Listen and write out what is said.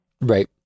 Right